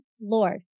Lord